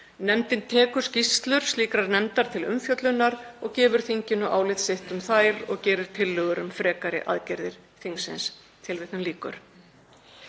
Nefndin tekur skýrslur slíkrar nefndar til umfjöllunar og gefur þinginu álit sitt um þær og gerir tillögur um frekari aðgerðir þingsins.“ Ég vitna í 13.